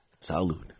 Salud